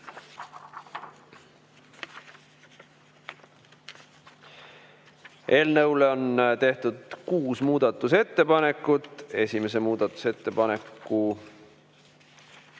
Eelnõu kohta on tehtud kuus muudatusettepanekut. Esimese muudatusettepaneku